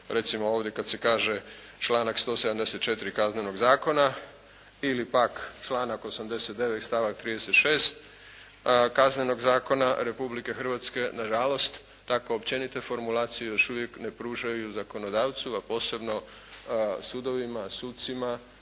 recimo ovdje kada se kaže članak 174. Kaznenog zakona ili pak članak 89. stavak 36. Kaznenog zakona Republike Hrvatske. Na žalost takve općenite formulacije još uvijek ne pružaju zakonodavcu, a posebno sudovima, sucima